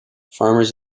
farmers